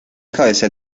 cabeza